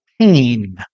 pain